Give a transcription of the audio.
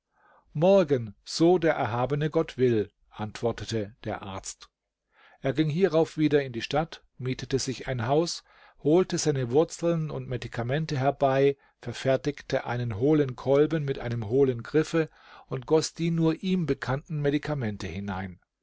morgen so der erhabene gott will antwortete der arzt er ging hierauf wieder in die stadt mietete sich ein haus holte seine wurzeln und medikamente herbei verfertigte einen hohlen kolben mit einem hohlen griffe und goß die nur ihm bekannten medikamente hinein